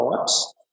thoughts